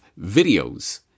videos